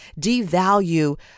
devalue